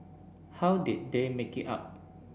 how did they make it up